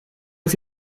ist